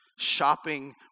Shopping